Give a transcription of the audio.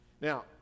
Now